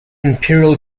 imperial